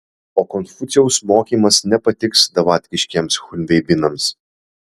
o konfucijaus mokymas nepatiks davatkiškiems chunveibinams